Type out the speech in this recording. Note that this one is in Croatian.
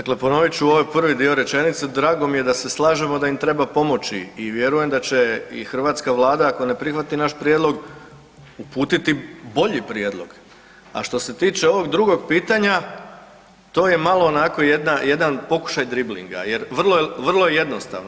Dakle, ponovit ću ovaj prvi dio rečenice, drago mi je da se slažemo da im treba pomoći i vjerujem da će i hrvatska Vlada, ako ne prihvati naš prijedlog, uputiti bolji prijedlog, a što se tiče ovog drugog pitanja, to je malo onako, jedan pokušaj driblinga jer vrlo je jednostavno.